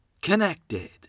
Connected